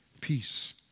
peace